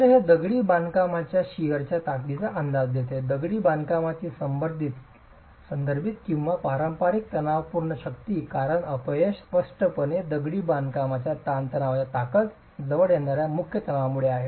तर हे दगडी बांधकामाच्या शिअरण्याच्या ताकदीचा अंदाज देते दगडी बांधकामाची संदर्भित किंवा पारंपारिक तणावपूर्ण शक्ती कारण अपयश स्पष्टपणे दगडी बांधकामाच्या ताणतणावाच्या ताकद जवळ येणाऱ्या मुख्य तणावामुळे आहे